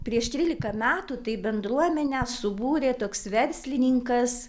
prieš trylika metų tai bendruomenę subūrė toks verslininkas